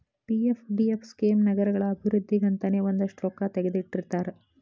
PFDF scheme ನಗರಗಳ ಅಭಿವೃದ್ಧಿಗಂತನೇ ಒಂದಷ್ಟ್ ರೊಕ್ಕಾ ತೆಗದಿಟ್ಟಿರ್ತಾರ